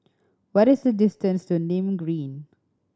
what is the distance to Nim Green